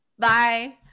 Bye